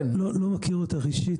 אני לא מכיר אותך אישית,